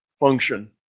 Function